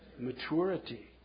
maturity